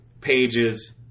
pages